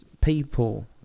people